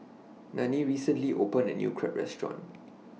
Nanie recently opened A New Crepe Restaurant